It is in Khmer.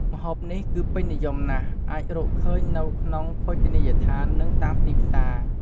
ម្ហូបនេះគឺពេញនិយមណាស់ អាចរកឃើញនៅក្នុងភោជនីយដ្ឋាន និងតាមទីផ្សារ។